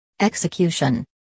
Execution